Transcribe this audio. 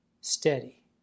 steady